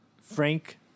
Frank